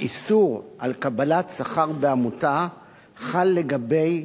האיסור על קבלת שכר בעמותה חל לגבי